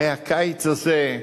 הרי הקיץ הזה,